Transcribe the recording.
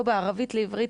לא לערבית אלא לעברית,